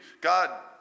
God